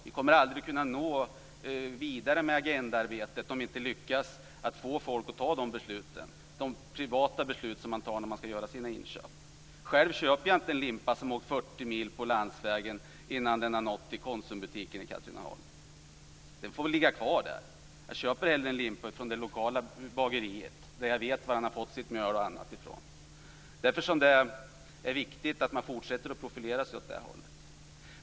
Vi kommer aldrig att kunna nå vidare med Agendaarbetet om vi inte lyckas att få folk att ta sådana privata beslut när man skall göra sina inköp. Själv köper jag inte en limpa som åkt 40 mil på landsvägen innan den når till Jag köper hellre en limpa i det lokala bageriet då jag vet var bagaren har fått mjölet och annat. Det är viktigt att man fortsätter att profilera sig på det sättet.